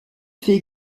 fait